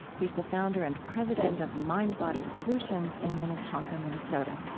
he's the founder and president of mind body solutions in minnetonka, minnesota